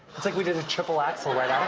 like we did a triple axle. right